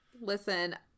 Listen